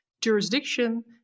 jurisdiction